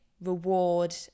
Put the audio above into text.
reward